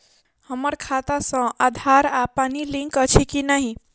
हम्मर खाता सऽ आधार आ पानि लिंक अछि की नहि?